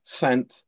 sent